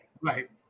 right